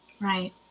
Right